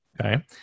Okay